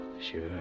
sure